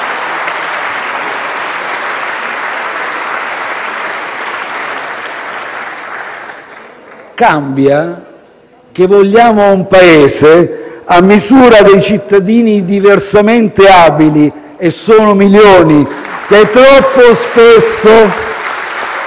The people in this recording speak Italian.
Cambia che vogliamo un Paese a misura dei cittadini diversamente abili - e sono milioni - che troppo spesso